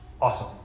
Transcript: awesome